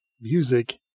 Music